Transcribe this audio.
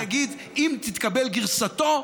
אני אגיד: אם תתקבל גרסתו,